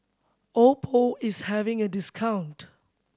Oppo is having a discount